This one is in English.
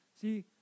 See